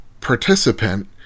participant